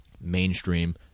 mainstream